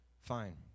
fine